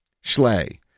Schley